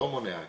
לא מונע,